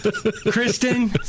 Kristen